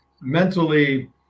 Mentally